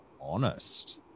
honest